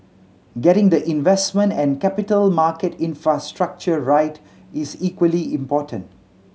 getting the investment and capital market infrastructure right is equally important